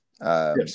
yes